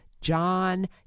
John